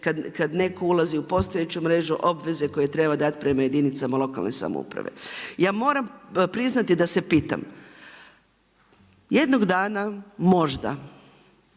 kada neko ulazi u postojeću mrežu obveze koje treba dati prema jedinicama lokalne samouprave. Ja moram priznati da se pitam jednog dana možda